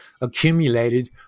accumulated